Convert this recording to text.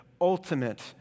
ultimate